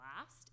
last